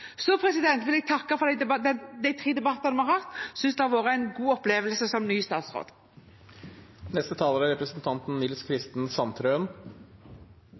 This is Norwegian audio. Så vil jeg takke for de tre debattene vi har hatt. Jeg synes som ny statsråd det har vært en god opplevelse. Kornproduksjonen er på bunn, og det er det som er